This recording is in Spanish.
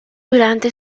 durante